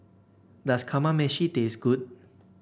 does Kamameshi taste good